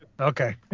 okay